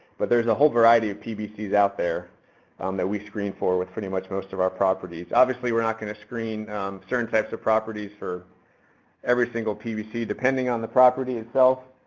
but there's a whole variety of pbcs out there um that we screen for with pretty much most of our properties. obviously, we're not going to screen certain types of properties for every single pbc depending on the property itself